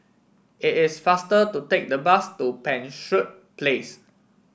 it is faster to take the bus to Penshurst Place